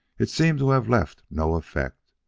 it seemed to have left no effect.